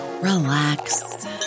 relax